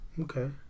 Okay